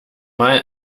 mal